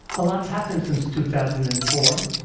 a lot's happened since two thousand and four.